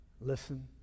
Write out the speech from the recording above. listen